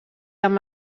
amb